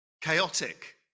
chaotic